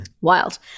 Wild